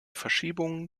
verschiebungen